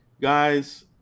guys